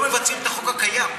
לא מבצעים את החוק הקיים.